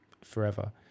forever